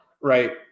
right